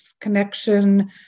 connection